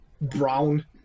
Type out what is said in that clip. brown